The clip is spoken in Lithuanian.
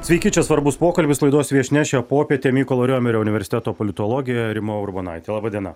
sveiki čia svarbus pokalbis laidos viešnia šią popietę mykolo riomerio universiteto politologė rima urbonaitė laba diena